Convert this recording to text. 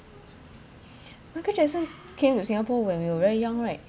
michael jackson came to singapore when we were very young right